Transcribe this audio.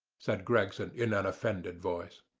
said gregson, in an offended voice.